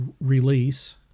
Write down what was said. release